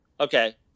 Okay